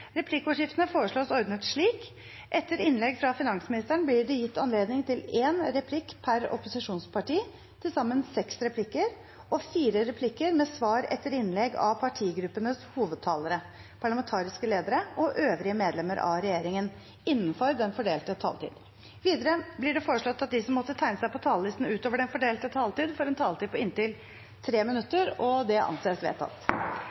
Replikkordskiftene foreslås ordnet slik: Etter innlegg fra finansministeren blir det gitt anledning til én replikk per opposisjonsparti, til sammen seks replikker, og fire replikker med svar etter innlegg av partigruppenes hovedtalere, parlamentariske ledere og øvrige medlemmer av regjeringen – innenfor den fordelte taletid. Videre blir det foreslått at de som måtte tegne seg på talerlisten utover den fordelte taletid, får en taletid på inntil 3 minutter. – Det anses vedtatt.